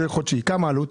החודשית של החזקת עובד?